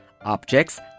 objects